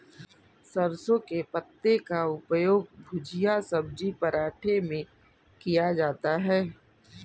सरसों के पत्ते का उपयोग भुजिया सब्जी पराठे में किया जाता है